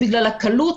בגלל הקלות,